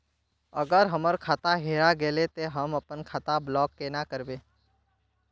अगर हमर खाता हेरा गेले ते हम अपन खाता ब्लॉक केना करबे?